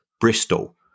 Bristol